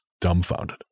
dumbfounded